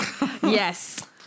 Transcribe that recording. yes